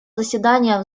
заседания